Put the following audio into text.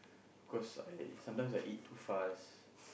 cause I sometimes I eat too fast